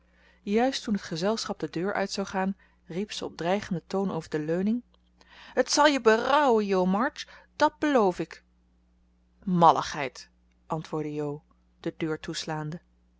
juist toen het gezelschap de deur uit zou gaan riep ze op dreigenden toon over de leuning het zal je berouwen jo march dat beloof ik malligheid antwoordde jo de deur toeslaande